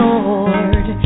Lord